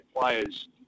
players